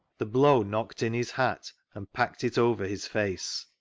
the blow knoclred in his hat and packed it over his face.